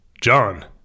John